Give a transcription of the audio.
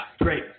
Great